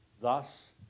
Thus